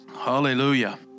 Hallelujah